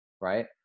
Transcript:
right